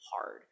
hard